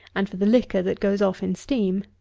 and for the liquor that goes off in steam.